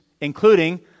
including